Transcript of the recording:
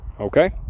Okay